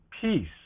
peace